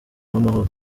uwamahoro